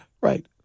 Right